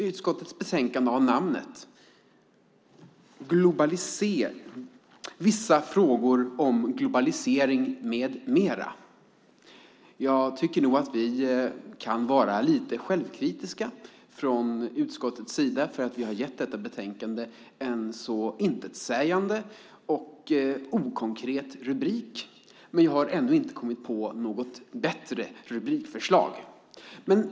Utskottets betänkande har namnet Vissa frågor om globalisering m.m. . Jag tycker nog att vi kan vara lite självkritiska från utskottets sida för att vi har gett detta betänkande en så intetsägande och okonkret rubrik, men jag har ännu inte kommit på något bättre rubrikförslag.